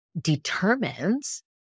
determines